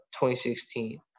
2016